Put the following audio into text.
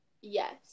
Yes